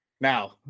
Now